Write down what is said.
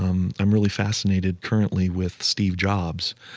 um i'm really fascinated currently with steve jobs.